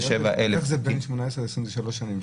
איך זה בין 2018 ל-2020 זה 3 שנים?